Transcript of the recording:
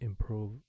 improve